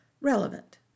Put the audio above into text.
Relevant